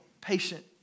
patient